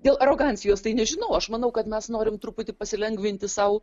dėl arogancijos tai nežinau aš manau kad mes norim truputį pasilengvinti sau